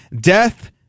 Death